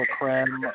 creme